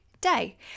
day